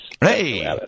hey